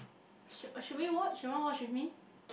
should should we watch you want watch with me